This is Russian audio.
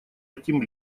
этим